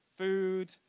Food